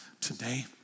Today